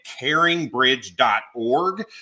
caringbridge.org